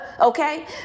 okay